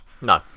No